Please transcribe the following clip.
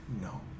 No